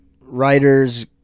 writers